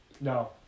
No